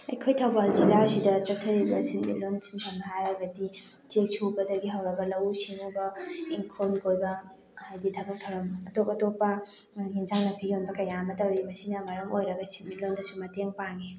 ꯑꯩꯈꯣꯏ ꯊꯧꯕꯥꯜ ꯖꯤꯂꯥꯁꯤꯗ ꯆꯠꯊꯔꯤꯕ ꯁꯤꯟꯃꯤꯠꯂꯣꯟ ꯁꯤꯟꯐꯝ ꯍꯥꯏꯔꯒꯗꯤ ꯆꯦꯛ ꯁꯨꯕꯗꯒꯤ ꯍꯧꯔꯒ ꯂꯧꯎ ꯁꯤꯡꯎꯕ ꯏꯪꯈꯣꯜ ꯀꯣꯏꯕ ꯍꯥꯏꯗꯤ ꯊꯕꯛ ꯊꯧꯔꯝ ꯑꯇꯣꯞ ꯑꯇꯣꯞꯄ ꯍꯤꯟꯖꯥꯡ ꯅꯥꯄꯤ ꯌꯣꯟꯕ ꯀꯌꯥ ꯑꯃ ꯇꯧꯔꯤ ꯃꯁꯤꯅ ꯃꯔꯝ ꯑꯣꯏꯔꯒ ꯁꯤꯟꯃꯤꯠꯂꯣꯟꯗꯁꯨ ꯃꯇꯦꯡ ꯄꯥꯡꯉꯤ